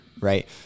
right